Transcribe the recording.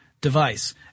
device